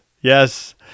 Yes